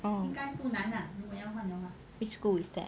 oh which school is that